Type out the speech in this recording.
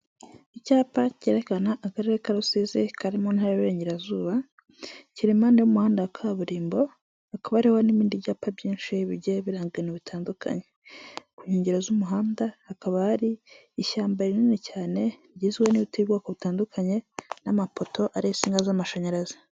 Icyapa cyerekana akarere ka Rusizi kari mu ntara y'Iburengerazuba, kiri impande y'umuhanda wa kaburimbo, hakaba hariho n'ibindi byapa byinshi bigiye biranga ibintu bitandukanye. Ku nkengero z'umuhanda hakaba hari ishyamba rinini cyane, rigizwe n'ibiti by'ubwoko butandukanye n'amapoto ariho insinga z'amashanyarazi.